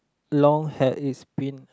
long had it's been